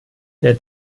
der